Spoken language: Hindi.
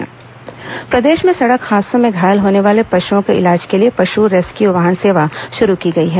पशु वाहन सेवा प्रदेश में सड़क हादसों में घायल होने वाले पशुओं के इलाज के लिए पशु रेस्क्यू वाहन सेवा शुरू की गई है